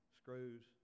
screws